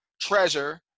treasure